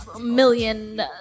million